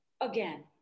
again